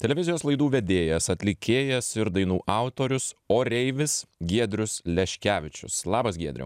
televizijos laidų vedėjas atlikėjas ir dainų autorius oreivis giedrius leškevičius labas giedriau